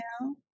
now